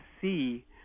see